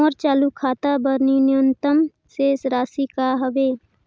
मोर चालू खाता बर न्यूनतम शेष राशि का हवे?